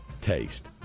taste